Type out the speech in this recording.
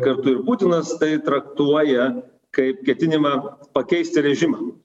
kartu ir putinas tai traktuoja kaip ketinimą pakeisti režimą